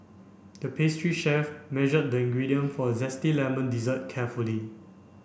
the pastry chef measured the ingredient for a zesty lemon dessert carefully